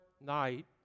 night